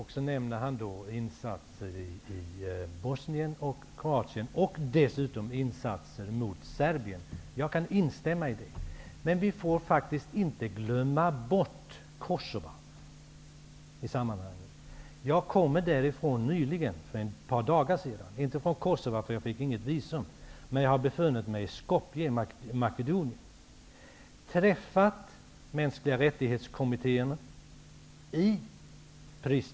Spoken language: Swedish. Han nämner insatser i Bosnien och Kroatien och dessutom insatser mot Serbien. Jag kan instämma i detta, men vi får faktiskt inte glömma bort Kosova i sammanhanget. Jag kom därifrån för ett par dagar sedan. Jag var inte i Kosova eftersom jag inte fick något visum, men jag har befunnit mig i Skopje i Makedonien och träffat kommittéer för mänskliga rättigheter från Pristina och Kosova.